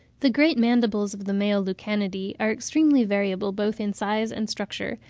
the great mandibles of the male lucanidae are extremely variable both in size and structure,